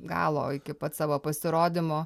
galo iki pat savo pasirodymo